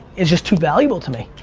is just too valuable to me.